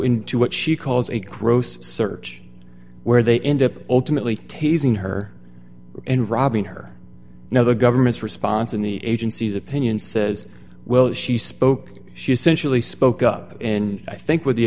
into what she calls a gross search where they end up ultimately tasing her and robbing her now the government's response and agencies opinion says well she spoke she essentially spoke up and i think w